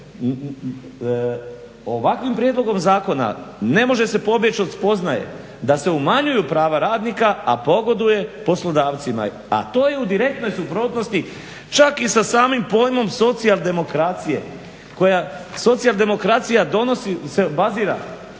Ovakvim prijedlogom zakona ne može se pobjeći od spoznaje da se umanjuju prava radnika, a pogoduje poslodavcima. A to je u direktnoj suprotnosti čak i sa samim pojmom socijaldemokracije koja socijaldemokracija se bazira